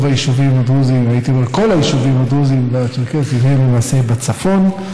כל היישובים הדרוזיים ממוקמים למעשה בצפון.